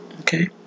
Okay